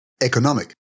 Economic